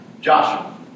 Joshua